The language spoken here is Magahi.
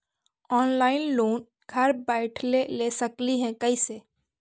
ऑनलाइन लोन घर बैठे ले सकली हे, कैसे?